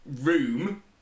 room